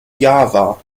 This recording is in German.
java